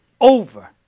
Over